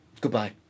goodbye